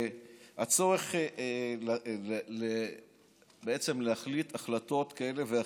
הצורך בעצם להחליט החלטות כאלה ואחרות,